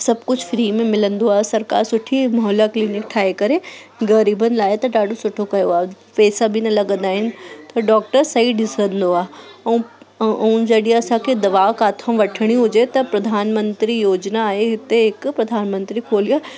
सभु कुझु फ्री में मिलंदो आहे सरकार सुठी मोहल्ला क्लीनिक ठाहे करे ग़रीबनि लाइ त ॾाढो सुठो कयो आहे पैसा बि न लॻंदा आहिनि त डॉक्टर सही ॾिसंदो आहे ऐं ऐं जॾहिं असांखे दवा किथो वठिणी हुजे त प्रधानमंत्री योजना आहे हुते हिकु प्रधानमंत्री खोलिया